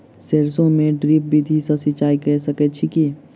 सैरसो मे ड्रिप विधि सँ सिंचाई कऽ सकैत छी की?